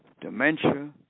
dementia